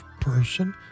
person